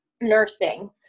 nursing